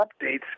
updates